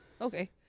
Okay